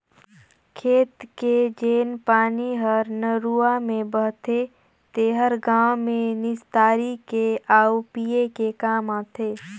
खेत के जेन पानी हर नरूवा में बहथे तेहर गांव में निस्तारी के आउ पिए के काम आथे